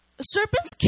serpents